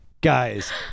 guys